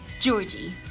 Georgie